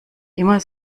immer